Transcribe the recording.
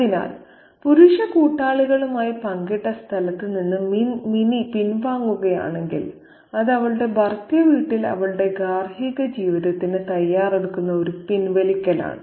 അതിനാൽ പുരുഷ കൂട്ടാളികളുമായി പങ്കിട്ട സ്ഥലത്ത് നിന്ന് മിനി പിൻവാങ്ങുകയാണെങ്കിൽ അത് അവളുടെ ഭർതൃ വീട്ടിൽ അവളുടെ ഗാർഹിക ജീവിതത്തിന് തയ്യാറെടുക്കുന്ന ഒരു പിൻവലിക്കലാണ്